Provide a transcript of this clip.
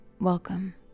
welcome